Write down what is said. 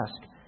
ask